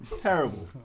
Terrible